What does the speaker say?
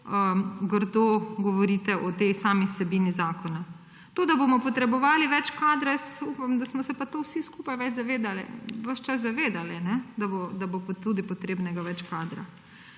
grdo govorite o tej sami vsebini zakona. To, da bomo potrebovali več kadra, jaz upam, da smo se pa tega vsi skupaj zavedali, ves čas zavedali, da bo pa tudi potrebnega več kadra.